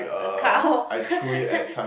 a cow